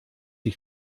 die